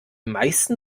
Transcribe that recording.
meisten